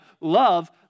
love